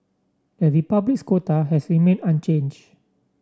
the Republic's quota has remained unchanged